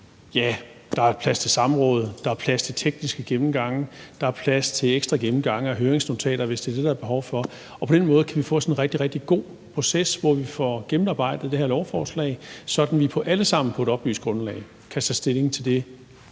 kan være plads til samråd, der kan være plads til tekniske gennemgange, og der kan være plads til ekstra gennemgange og høringsnotater, hvis det er det, der er behov for. På den måde kan vi få os en rigtig, rigtig god proces, hvor vi får gennemarbejdet det her lovforslag, sådan at vi alle sammen på et oplyst grundlag kan tage